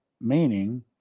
Meaning